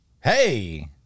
Hey